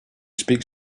speak